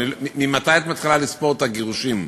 ממתי את מתחילה לספור את הגירושים?